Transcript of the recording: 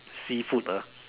seafood ah